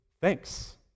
thanks